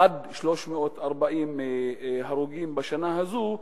עד 340 הרוגים בשנה הזאת,